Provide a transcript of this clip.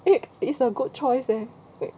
it is a good choice leh it